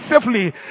safely